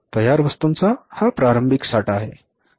तयार वस्तूंचा हा प्रारंभिक साठा आहे